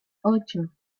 ocho